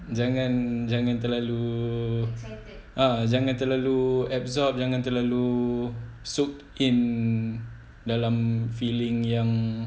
jangan jangan terlalu ah jangan telalu absorbed jangan terlalu soaked in dalam feeling yang